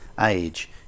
age